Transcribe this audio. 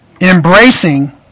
embracing